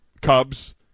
Cubs